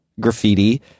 graffiti